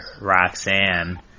Roxanne